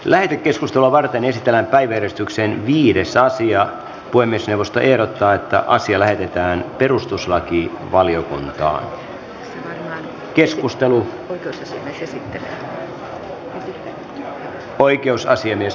lähetekeskustelua varten esitetään päivystyksen hiidessä ja puhemiesneuvosto ehdottaa että asia lähetetään perustuslakivaliokuntaan